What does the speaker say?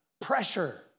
pressure